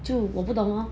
就我不懂 lor